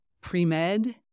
pre-med